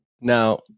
Now